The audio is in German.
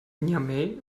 niamey